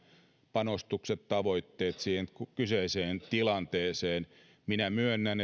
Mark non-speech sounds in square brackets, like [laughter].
panostukset ja tavoitteet siihen kyseiseen tilanteeseen minä myönnän [unintelligible]